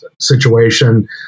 situation